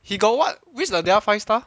he got what which is the other five star